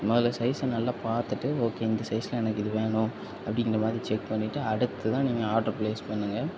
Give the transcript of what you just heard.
முதல்ல சைஸ்ஸை நல்லா பார்த்துட்டு ஓகே இந்த சைஸில் எனக்கு இது வேணும் அப்படிங்கிறமாரி செக் பண்ணிவிட்டு அடுத்து தான் நீங்கள் ஆர்டர் ப்ளேஸ் பண்ணுங்கள்